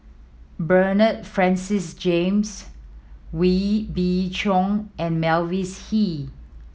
Bernard Francis James Wee Beng Chong and Mavis Hee